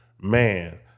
man